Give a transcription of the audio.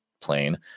plane